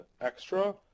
extra